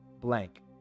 blank